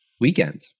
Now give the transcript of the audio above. weekend